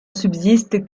subsiste